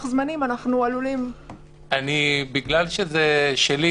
זמנים אנחנו עלולים --- בגלל שזה שלי,